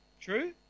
True